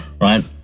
right